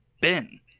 Ben